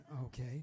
okay